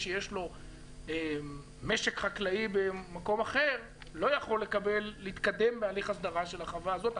שיש לו משק חקלאי במקום אחר לא יכול להתקדם בהליך הסדרה של החווה הזאת.